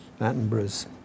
Attenborough's